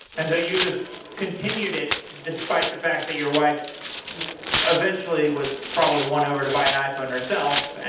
and so you just continued it despite the fact that your wife eventually was probably one over to buy an iphone herself. and